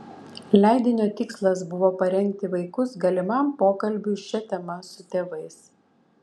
leidinio tikslas buvo parengti vaikus galimam pokalbiui šia tema su tėvais